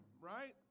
right